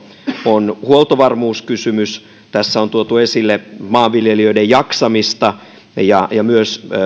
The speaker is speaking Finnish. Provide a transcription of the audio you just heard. on huoltovarmuuskysymys tässä on tuotu esille maanviljelijöiden jaksamista ja ja myös